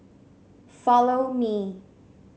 Follow Me